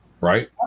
right